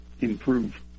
improve